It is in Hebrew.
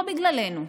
לא בגללנו,